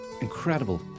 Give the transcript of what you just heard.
incredible